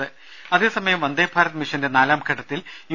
ദേശ അതേസമയം വന്ദേഭാരത് മിഷന്റെ നാലാംഘട്ടത്തിൽ യു